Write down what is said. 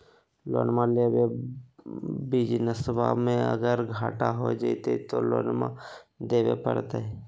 लोनमा लेके बिजनसबा मे अगर घाटा हो जयते तो लोनमा देवे परते?